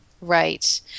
Right